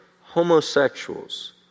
homosexuals